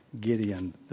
Gideon